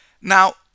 Now